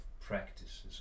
practices